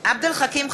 עבד אל חכים חאג'